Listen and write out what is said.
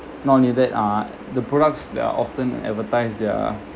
not needed ah the products that are often advertised they're